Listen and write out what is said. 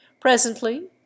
Presently